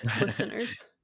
listeners